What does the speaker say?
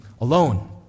alone